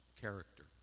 character